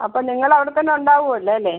അപ്പോൾ നിങ്ങൾ അവിടെത്തന്നെ ഉണ്ടാവുമല്ലോ അല്ലേ